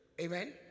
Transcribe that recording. Amen